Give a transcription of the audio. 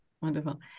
Wonderful